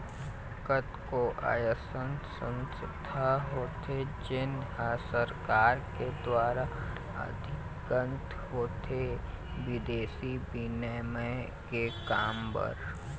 कतको अइसन संस्था होथे जेन ह सरकार के दुवार अधिकृत होथे बिदेसी बिनिमय के काम बर